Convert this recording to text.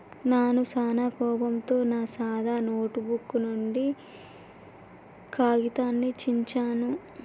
నాను సానా కోపంతో నా సాదా నోటుబుక్ నుండి కాగితాన్ని చించాను